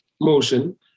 motion